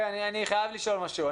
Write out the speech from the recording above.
אני חייב לשאול משהו.